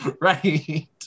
Right